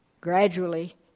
Gradually